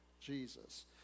Jesus